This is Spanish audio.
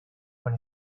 con